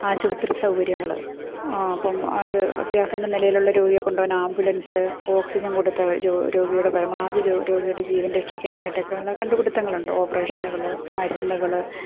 ആശുപത്രി സൗകര്യങ്ങൾ ഇപ്പം ഒരു അത്യാസന്ന നിലയിലുള്ള രോഗിയെ കൊണ്ടുപോകാൻ ആംബുലൻസ് ഓക്സിജൻ കൊടുത്ത് രോഗി രോഗിയുടെ പരമാവധി രോഗിയുടെ ജീവൻ രക്ഷിക്കാനായിട്ട് ഒക്കെയുള്ള കണ്ടുപിടുത്തങ്ങളുണ്ട് ഓപ്പറേഷനുകൾ മരുന്നുകൾ